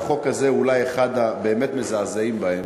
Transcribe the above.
והחוק הזה הוא אולי אחד הבאמת-מזעזעים שבהם,